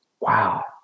Wow